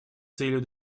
целью